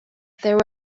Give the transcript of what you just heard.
there